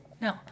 No